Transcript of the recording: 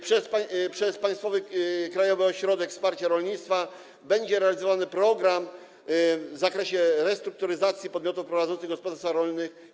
Przez państwowy Krajowy Ośrodek Wsparcia Rolnictwa będzie realizowany program w zakresie restrukturyzacji podmiotów prowadzących gospodarstwa rolne.